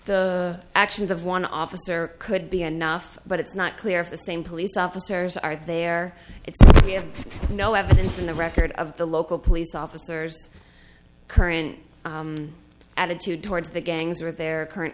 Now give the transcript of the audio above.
the actions of one officer could be enough but it's not clear if the same police officers are there it's we have no evidence in the record of the local police officers current attitude towards the gangs or their current